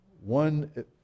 one